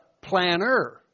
planner